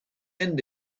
end